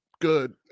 good